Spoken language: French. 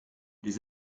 les